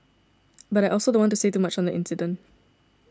but I also don't want to say too much on the incident